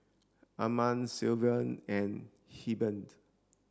Arman Sylvan and Hebert